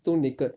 too naked